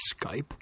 Skype